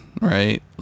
right